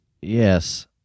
Yes